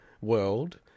world